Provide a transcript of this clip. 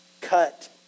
cut